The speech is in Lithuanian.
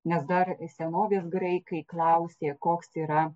nes dar senovės graikai klausė koks yra